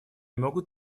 могут